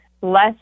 less